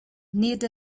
need